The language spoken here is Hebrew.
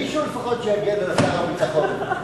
מישהו לפחות שיגן על שר הביטחון.